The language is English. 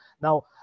now